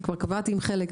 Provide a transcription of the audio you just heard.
כבר קבעתי עם חלק.